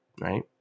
Right